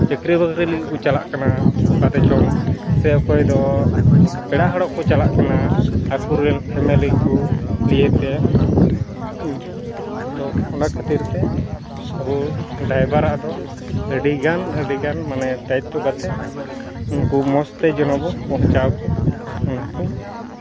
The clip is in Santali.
ᱪᱟᱹᱠᱨᱤᱼᱵᱟᱹᱠᱨᱤ ᱞᱟᱹᱜᱤᱫ ᱠᱚ ᱪᱟᱞᱟᱜ ᱠᱟᱱᱟ ᱚᱠᱟᱛᱮ ᱪᱚᱝ ᱥᱮ ᱚᱠᱚᱭ ᱫᱚ ᱯᱮᱲᱟ ᱦᱚᱲᱚᱜ ᱠᱚ ᱪᱟᱞᱟᱜ ᱠᱟᱱᱟ ᱯᱩᱨᱟᱹ ᱯᱷᱮᱢᱮᱞᱤ ᱠᱚ ᱱᱤᱭᱟᱹᱛᱮ ᱛᱚ ᱱᱚᱣᱟ ᱠᱷᱟᱹᱛᱤᱨ ᱛᱮ ᱟᱵᱚ ᱰᱟᱭᱵᱷᱟᱨ ᱟᱫᱚ ᱟᱹᱰᱤᱜᱟᱱ ᱟᱹᱰᱤᱜᱟᱱ ᱫᱟᱭᱤᱛᱛᱚ ᱠᱟᱛᱮᱫ ᱩᱱᱠᱩ ᱢᱚᱡᱽ ᱛᱮ ᱡᱮᱱᱚ ᱵᱚ ᱵᱟᱧᱪᱟᱣ ᱠᱚᱜ ᱢᱟᱠᱚ